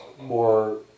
more